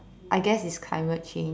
I guess is climate change